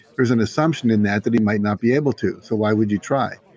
there's an assumption in that, that he might not be able to so why would you try?